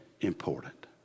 important